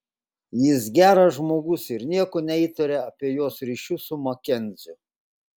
jis geras žmogus ir nieko neįtaria apie jos ryšius su makenziu